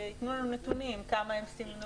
שייתנו לנו נתונים כמה הם סימנו,